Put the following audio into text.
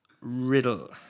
riddle